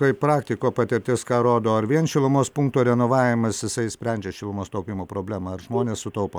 kaip praktiko patirtis ką rodo ar vien šilumos punkto renovavimas jisai išsprendžia šilumos taupymo problemą ar žmonės sutaupo